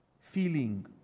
feeling